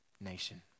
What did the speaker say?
nation